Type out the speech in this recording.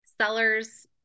sellers